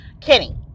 Kenny